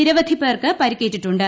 നിരവധി പേർക്ക് പരിക്കേറ്റിട്ടുണ്ട്